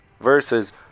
versus